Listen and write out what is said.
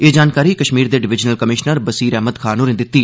एह जानकारी कष्मीर दे डिवीजनल कमीषनर बसीर अहमद खान होरें दित्ती